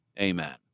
Amen